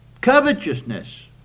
covetousness